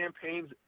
campaigns